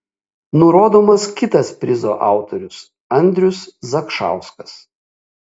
nurodomas kitas prizo autorius andrius zakšauskas